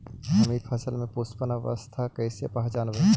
हमनी फसल में पुष्पन अवस्था कईसे पहचनबई?